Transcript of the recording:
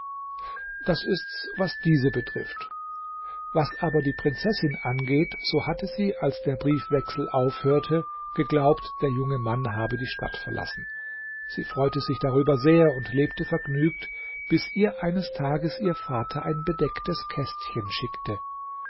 das ist's was diese betrifft was aber die prinzessin angeht so hatte sie als der briefwechsel aufhörte geglaubt der junge mann habe die stadt verlassen sie freute sich darüber sehr und lebte vergnügt bis ihr eines tages ihr vater ein bedecktes kästchen schickte